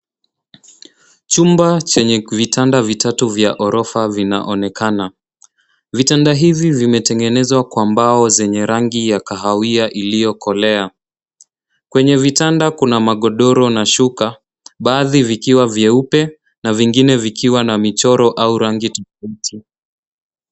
Chumba chenye vitanda vitatu vya ghorofa vinaonekana. Vitanda hivi vimetengenezwa kwa mbao zenye rangi ya kahawia iliyokolea. Kwenye vitanda kuna magodoro na shuka baadhi vikiwa vyeupe na vingine vikiwa na michoro au rangi tofauti.